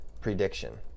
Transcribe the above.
prediction